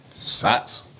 sucks